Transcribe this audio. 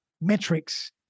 metrics